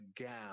gown